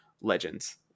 legends